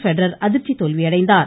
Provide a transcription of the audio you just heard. Federer அதிர்ச்சி தோல்வியடைந்தார்